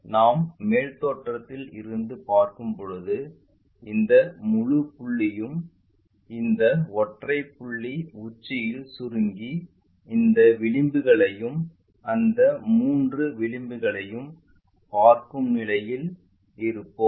நாம் மேல் தோற்றத்தில் இருந்து பார்க்கும் போது இந்த முழு புள்ளியும் இந்த ஒற்றை புள்ளி உச்சியில் சுருங்கி இந்த விளிம்புகளையும் அந்த மூன்று விளிம்புகளையும் பார்க்கும் நிலையில் இருப்போம்